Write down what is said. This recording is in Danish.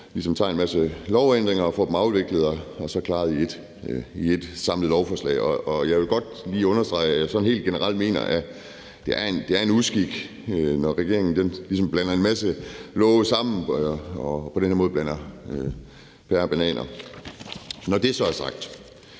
ligesom tager en masse lovændringer og får dem afviklet og klaret i et samlet lovforslag, og jeg vil godt lige understrege, at jeg sådan helt generelt mener, at det er en uskik, når regeringen ligesom blander en masse love sammen og på den her måde blander pærer og bananer. Når det så er sagt,